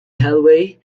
hallway